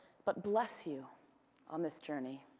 but bless you on this journey.